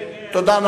תודה.